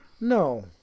No